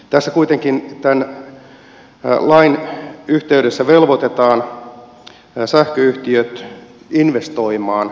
tässä kuitenkin tämän lain yhteydessä velvoitetaan sähköyhtiöt investoimaan